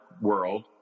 world